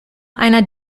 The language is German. einer